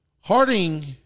Harding –